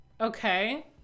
Okay